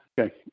okay